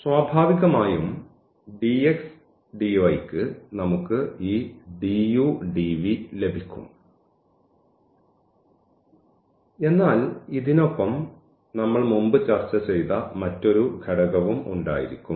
സ്വാഭാവികമായും dx dy ന് നമുക്ക് ഈ ലഭിക്കും എന്നാൽ ഇതിനൊപ്പം നമ്മൾ മുമ്പ് ചർച്ച ചെയ്ത മറ്റൊരു ഘടകവും ഉണ്ടായിരിക്കും